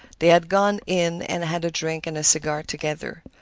they had gone in and had a drink and a cigar together.